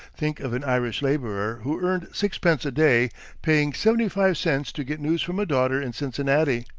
think of an irish laborer who earned sixpence a day paying seventy-five cents to get news from a daughter in cincinnati!